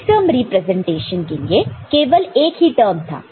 maxterm representation के लिए केवल एक ही टर्म था